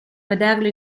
vederlo